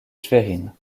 schwerin